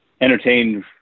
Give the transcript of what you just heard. entertained